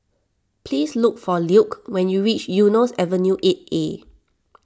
please look for Luke when you reach Eunos Avenue eight A